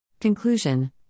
Conclusion